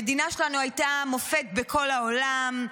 המדינה שלנו הייתה מופת בכל העולם,